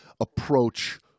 approach